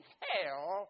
hell